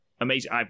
amazing